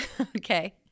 okay